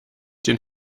den